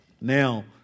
Now